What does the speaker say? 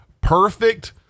perfect